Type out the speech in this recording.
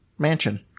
mansion